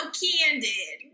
candid